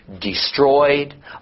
destroyed